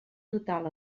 total